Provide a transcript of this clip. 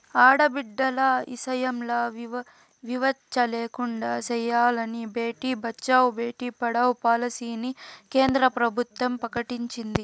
ఆడబిడ్డల ఇసయంల వివచ్చ లేకుండా సెయ్యాలని బేటి బచావో, బేటీ పడావో పాలసీని కేంద్ర ప్రభుత్వం ప్రకటించింది